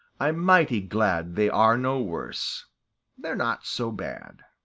i'm mighty glad they are no worse they're not so bad!